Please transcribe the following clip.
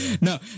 No